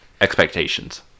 Expectations